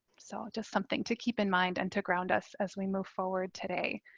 so just something to keep in mind and to ground us as we move forward today.